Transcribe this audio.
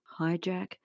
hijack